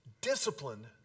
Discipline